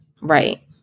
Right